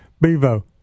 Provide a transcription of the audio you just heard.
Bevo